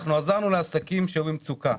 עזרנו לעסקים שהיו במצוקה,